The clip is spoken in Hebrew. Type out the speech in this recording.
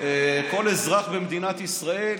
כל אזרח במדינת ישראל,